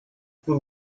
бүр